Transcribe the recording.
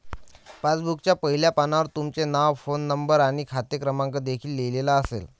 पासबुकच्या पहिल्या पानावर तुमचे नाव, फोन नंबर आणि खाते क्रमांक देखील लिहिलेला असेल